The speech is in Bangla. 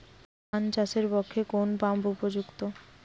পান চাষের পক্ষে কোন পাম্প উপযুক্ত?